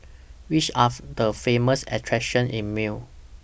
Which Are The Famous attractions in Male